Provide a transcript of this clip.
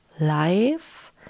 life